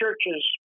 churches